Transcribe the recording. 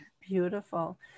Beautiful